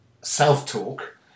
self-talk